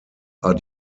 are